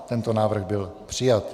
Tento návrh byl přijat.